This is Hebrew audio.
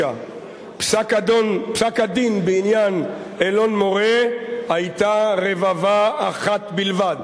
ב-1979 פסק-הדין בעניין אלון-מורה היתה רבבה אחת בלבד.